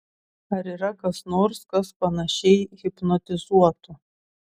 ar yra kas nors kas panašiai hipnotizuotų